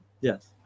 Yes